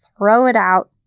throw it out,